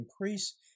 increase